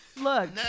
Look